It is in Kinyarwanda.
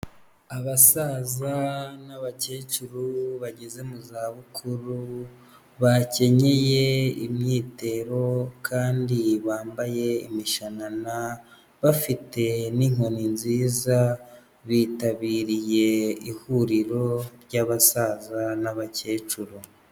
Abasaza n'abakecuru bageze mu zabukuru bakenyeye imyitero kandi bambaye imishanana bafite n'inkoni nziza bitabiriye ihuriro ry'abasaza n'abakecuru.